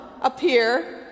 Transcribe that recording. appear